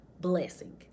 blessing